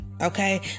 okay